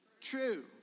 true